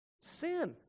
Sin